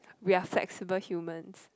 we're flexible humans